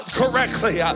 correctly